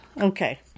Okay